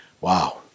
Wow